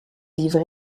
livré